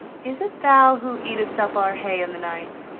is it thou who eatest up our hay in the night?